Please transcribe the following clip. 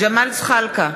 אינה נוכחת ג'מאל זחאלקה,